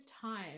time